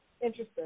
Interesting